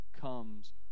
comes